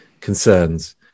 concerns